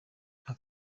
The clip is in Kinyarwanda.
nka